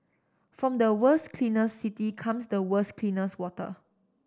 from the world's cleanest city comes the world's cleanest water